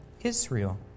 Israel